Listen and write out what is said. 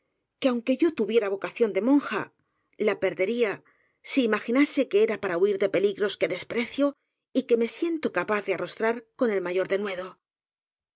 que aunque yo tuviera vocación de monja la perdería si imaginase que era para huir de peligros que desprecio y que me siento capaz de arrostrar con el mayor denuedo